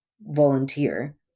volunteer